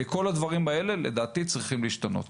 כל הדברים האלה לדעתי צריכים להשתנות.